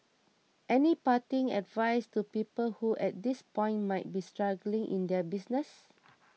any parting advice to people who at this point might be struggling in their business